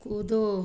कूदो